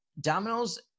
Domino's